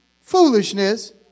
foolishness